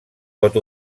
pot